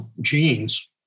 genes